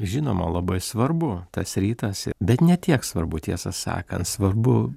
žinoma labai svarbu tas rytas bet ne tiek svarbu tiesą sakant svarbu